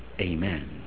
Amen